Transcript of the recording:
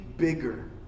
Bigger